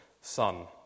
son